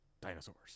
dinosaurs